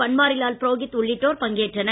பன்வாரிலால் புரோகித் உள்ளிட்டோர் பங்கேற்றனர்